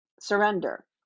Surrender